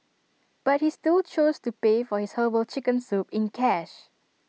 but he still chose to pay for his Herbal Chicken Soup in cash